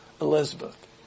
Elizabeth